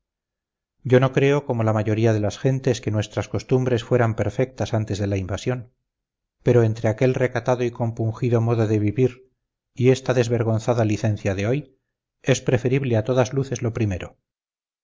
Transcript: yo no creo como la mayoría de las gentes que nuestras costumbres fueran perfectas antes de la invasión pero entre aquel recatado y compungido modo de vivir y esta desvergonzada licencia de hoy es preferible a todas luces lo primero